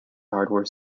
hardware